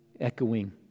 Echoing